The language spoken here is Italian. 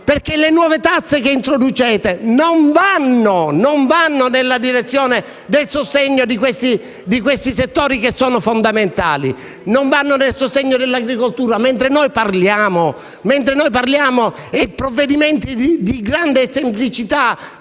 Paese. Le nuove tasse che introducete non vanno nella direzione del sostegno a questi settori, che sono fondamentali; non vanno al sostegno dell'agricoltura. Mentre noi parliamo, provvedimenti di grande semplicità